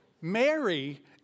Mary